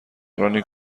رانی